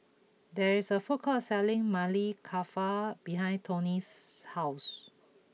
there is a food court selling Maili Kofta behind Toni's house